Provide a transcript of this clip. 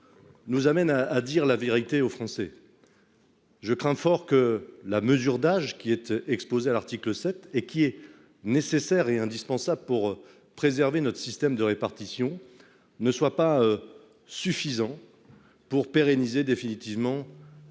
nous conduit à dire la vérité aux Français. Je crains fort que la mesure d'âge prévue à l'article 7, qui est nécessaire et indispensable pour préserver notre système de répartition, ne soit pas suffisante pour pérenniser définitivement